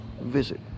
visit